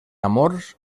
amors